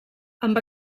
amb